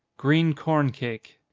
green corn cake.